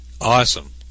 Awesome